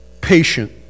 Patient